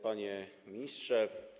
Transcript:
Panie Ministrze!